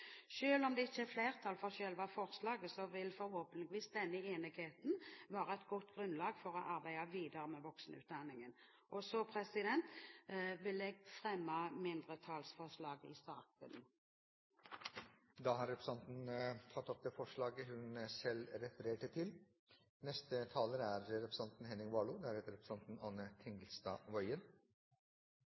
om det ikke er flertall for selve forslaget, vil forhåpentligvis denne enigheten være et godt grunnlag for å arbeide videre med voksenutdanningen. Så vil jeg fremme mindretallsforslaget i saken. Da har representanten Bente Thorsen tatt opp det forslaget hun refererte til.